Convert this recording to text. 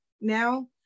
now